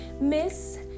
Miss